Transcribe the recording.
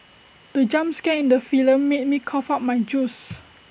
the jump scare in the film made me cough out my juice